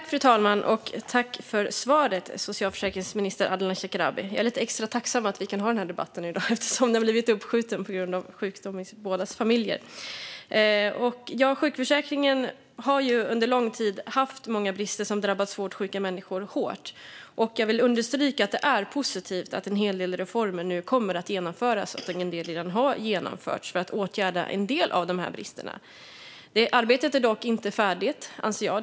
Fru talman! Jag tackar socialförsäkringsminister Ardalan Shekarabi för svaret. Jag är tacksam över att vi kan ha den här debatten i dag eftersom den har blivit uppskjuten på grund av sjukdom i bådas våra familjer. Sjukförsäkringen har under lång tid haft många brister, vilket drabbat svårt sjuka människor hårt. Jag vill understryka att det är positivt att en del reformer har genomförts eller kommer att genomföras för att åtgärda en del av dessa brister. Arbetet är dock inte färdigt, anser jag.